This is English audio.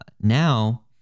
Now